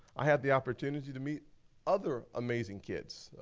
i had the opportunity to meet other amazing kids.